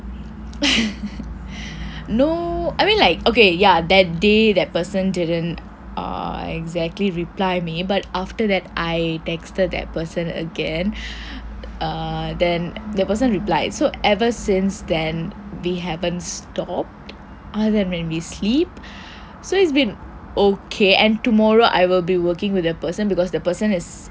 no I mean like ok ya that day that person didn't ah exactly reply me but after that I texted that person again err then that person replied so ever since then we haven't stop other than maybe sleep so it's been ok and tomorrow I will be working with the person because the person is